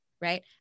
right